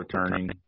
returning